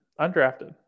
Undrafted